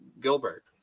Gilbert